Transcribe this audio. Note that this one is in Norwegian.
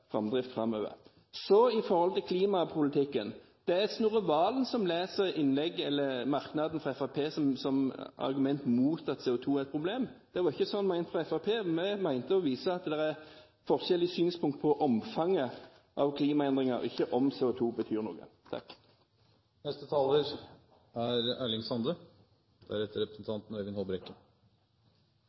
framdrift. Så til klimapolitikken: Det er Snorre Serigstad Valen som leser merknaden fra Fremskrittspartiet som et argument mot at CO2 er et problem. Det er ikke slik ment fra Fremskrittspartiet. Vi mente å vise at det er forskjell i synspunkt på omfanget av klimaendringer, og ikke om CO2 betyr noe.